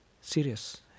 serious